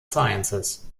sciences